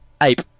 ape